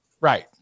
Right